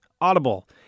Audible